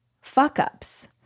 fuck-ups